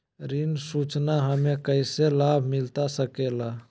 ऋण सूचना हमें कैसे लाभ मिलता सके ला?